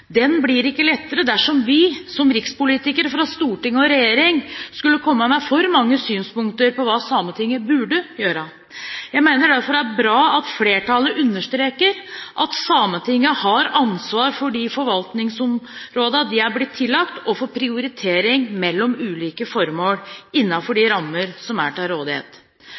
Den blir ikke lettere dersom vi, som rikspolitikere fra storting og regjering, skulle komme med for mange synspunkter på hva Sametinget burde gjøre. Jeg mener derfor det er bra at flertallet understreker at Sametinget har ansvar for de forvaltningsområdene de er blitt tillagt, og for prioritering mellom ulike formål, innenfor de rammene som er til rådighet.